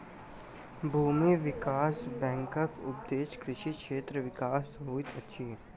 भूमि विकास बैंकक उदेश्य कृषि क्षेत्रक विकास होइत अछि